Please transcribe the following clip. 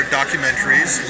documentaries